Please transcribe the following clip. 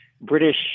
British